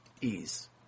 Ease